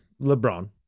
LeBron